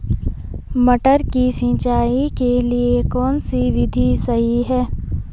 मटर की सिंचाई के लिए कौन सी विधि सही है?